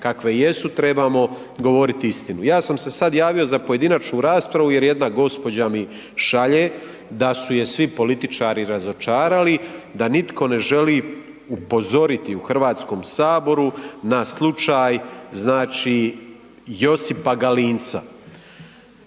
kakve jesu trebamo govoriti istinu. Ja sam se sad javio za pojedinačnu raspravu jer jedna gospođa mi šalje da su je svi političari razočarali da nitko ne želi upozoriti u Hrvatskom saboru na slučaj Josipa Galinca.